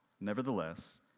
Nevertheless